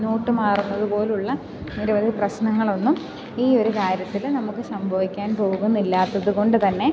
not മാറുന്നതുപോലുള്ള നിരവധി പ്രശ്നങ്ങളൊന്നും ഈ ഒരു കാര്യത്തിൽ നമുക്ക് സംഭവിക്കാൻ പോകുന്നില്ലാത്തതുകൊണ്ട് തന്നെ